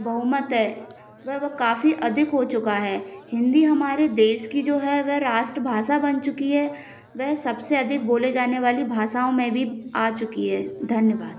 बहुमत है वह काफी अधिक हो चुका है हिंदी हमारे देश की जो है वह राष्ट्रभाषा बन चुकी है वह सबसे अधिक बोले जाने वाली भाषाओं में भी आ चुकी है धन्यवाद